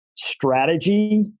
strategy